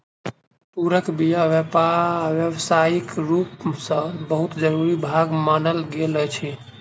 तूरक बीया व्यावसायिक रूप सॅ बहुत जरूरी भाग मानल गेल अछि